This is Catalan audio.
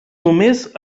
només